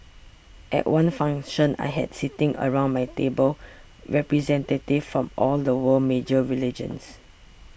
at one function I had sitting around my table representatives of all the world's major religions